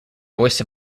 voice